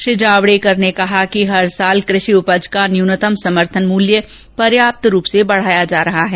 श्री जावडेकर ने कहा कि हर वर्ष कृषि उपज का न्यूनतम समर्थन मूल्य पर्याप्त रूप से बढाया जा रहा है